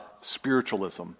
spiritualism